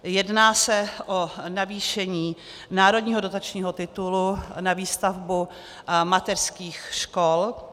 Jedná se o navýšení národního dotačního titulu na výstavbu mateřských škol.